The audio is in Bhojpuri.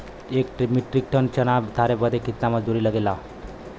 एक मीट्रिक टन चना उतारे बदे कितना मजदूरी लगे ला?